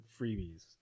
freebies